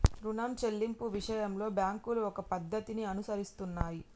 రుణం చెల్లింపు విషయంలో బ్యాంకులు ఒక పద్ధతిని అనుసరిస్తున్నాయి